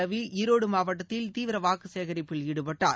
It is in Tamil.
ரவி ஈரோடு மாவட்டத்தில் தீவிர வாக்கு சேகரிப்பில் ஈடுபட்டார்